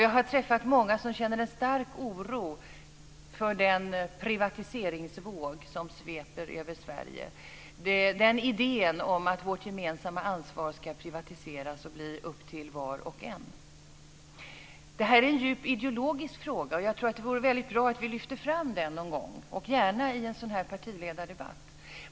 Jag har träffat många som känner en stark oro för den privatiseringsvåg som sveper över Sverige - idén om att vårt gemensamma ansvar ska privatiseras och bli upp till var och en. Det här är en djupt ideologisk fråga som jag tror att det vore väldigt bra om vi någon gång lyfte fram, gärna i en sådan här partiledardebatt.